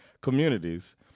communities